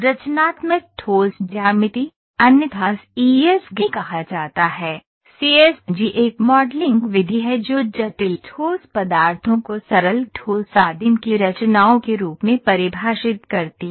रचनात्मक ठोस ज्यामिति अन्यथा CSG कहा जाता है सीएसजी एक मॉडलिंग विधि है जो जटिल ठोस पदार्थों को सरल ठोस आदिम की रचनाओं के रूप में परिभाषित करती है